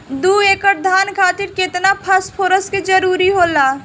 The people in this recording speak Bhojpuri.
दु एकड़ धान खातिर केतना फास्फोरस के जरूरी होला?